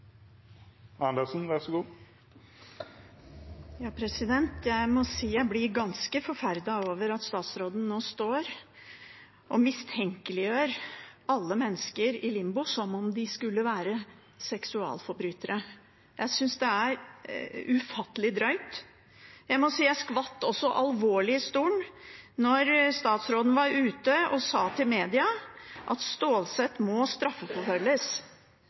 mistenkeliggjør alle mennesker i limbo som om de skulle være seksualforbrytere. Jeg syns det er ufattelig drøyt. Jeg må si at jeg skvatt alvorlig i stolen da statsråden var ute i media og sa at Stålsett må straffeforfølges.